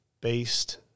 based